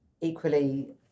Equally